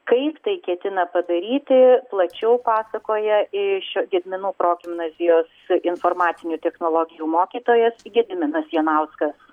kaip tai ketina padaryti plačiau pasakoja iš gedminų progimnazijos informacinių technologijų mokytojas gediminas janauskas